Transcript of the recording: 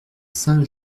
saint